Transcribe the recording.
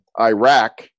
Iraq